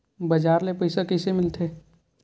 बजार ले पईसा कइसे मिलथे?